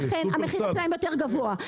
ולכן המחיר אצלם יותר גבוה,